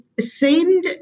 seemed